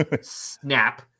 Snap